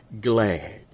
glad